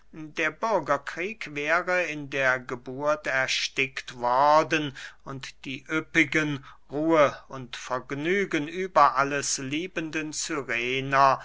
der bürgerkrieg wäre in der geburt erstickt worden und die üppigen ruhe und vergnügen über alles liebenden